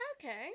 Okay